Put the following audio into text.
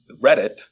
reddit